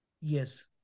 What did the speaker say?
Yes